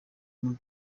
muri